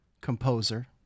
composer